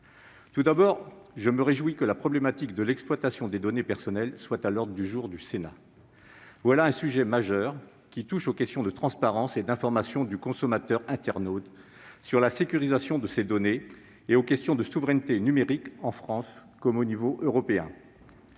Tout d'abord, je me réjouis que la problématique de l'exploitation des données personnelles soit à l'ordre du jour du Sénat. Voilà un sujet majeur, qui touche aux questions de transparence et d'information du consommateur internaute sur la sécurisation de ses données et aux questions de souveraineté numérique, tant en France qu'à l'échelon européen.